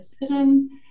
decisions